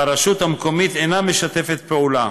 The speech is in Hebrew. והרשות המקומית אינה משתפת פעולה.